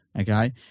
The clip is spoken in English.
Okay